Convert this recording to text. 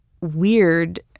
weird